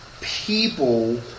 people